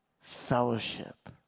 fellowship